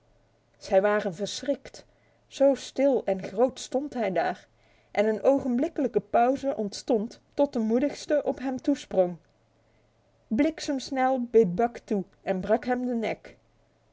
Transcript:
zij waren verschrikt zo stil en groot stond hij daar en een ogenblikkelijke pauze ontstond tot de moedigste op hem toesprong bliksemsnel beet buck toe en brak hem de nek